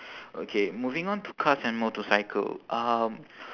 okay moving on to cars and motorcycle um